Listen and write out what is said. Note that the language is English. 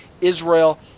Israel